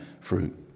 fruit